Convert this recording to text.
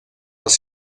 les